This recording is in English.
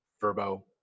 Verbo